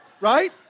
Right